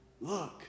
look